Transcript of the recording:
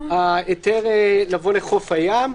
היתר לבוא לחוף הים,